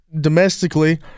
domestically